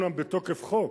אומנם בתוקף חוק,